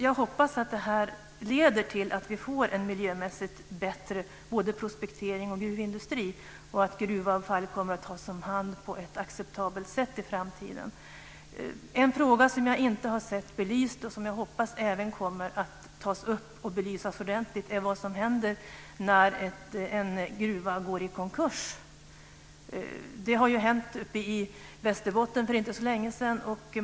Jag hoppas att det här leder till att vi får det miljömässigt bättre i fråga om både prospektering och gruvindustri och till att gruvorna kommer att tas hand på ett acceptabelt sätt i framtiden. En fråga som jag inte har sett belyst och som jag hoppas även kommer att tas upp och belysas ordentligt är vad som händer när en gruva går i konkurs. Det har ju hänt uppe i Västerbotten för inte så länge sedan.